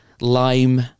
lime